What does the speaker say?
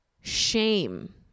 shame